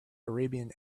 arabian